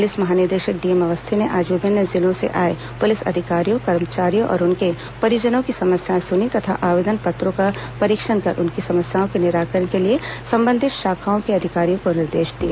police महानिदेशक DM Awasthi ने आज विभिन्न जिलों से आए पुलिस अधिकारियों कर्मचारियों और उनके परिजनों की समस्याएं सुनी तथा आवेदन पत्रों का परीक्षण कर उनकी समस्याओं के निराकरण के लिए संबंधित शाखाओं के अधिकारियों को निर्देश दिए